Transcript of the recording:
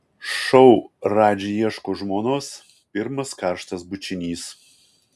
šou radži ieško žmonos pirmas karštas bučinys